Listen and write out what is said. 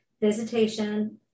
visitation